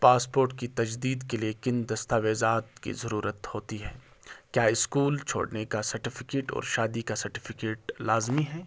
passport کی تجدید کے لیے کن دستاویزات کی ضرورت ہوتی ہے کیا اسکول چھوڑنے کا سرٹیفکیٹ اور شادی کا سرٹیفکیٹ لازمی ہیں